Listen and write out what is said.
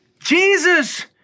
Jesus